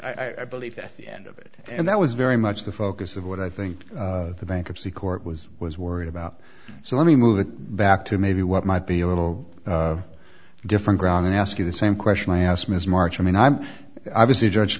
that i believe that's the end of it and that it's very much the focus of what i think the bankruptcy court was was worried about so let me move it back to maybe what might be a little different ground and ask you the same question i asked mr march i mean i'm obviously judge